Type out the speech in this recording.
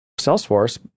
Salesforce